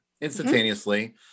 instantaneously